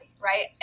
right